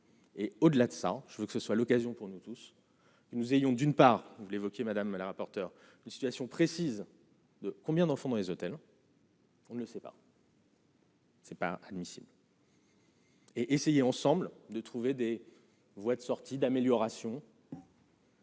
Et au-delà de ça, je veux que ce soit l'occasion pour nous tous, nous ayons d'une part, vous l'évoquiez madame la rapporteure une situation précise. Combien d'enfants dans les hôtels. On ne le sait pas. Ce n'est pas admissible. Et essayer ensemble de trouver des voies de sortie d'amélioration.